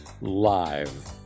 live